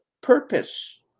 purpose